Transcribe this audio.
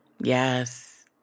Yes